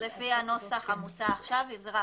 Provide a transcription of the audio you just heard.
לפי הנוסח המוצע עכשיו, כן,